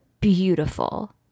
beautiful